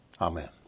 Amen